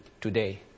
today